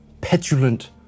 petulant